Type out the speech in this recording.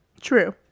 true